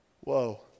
Whoa